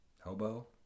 Hobo